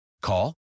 Call